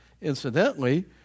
incidentally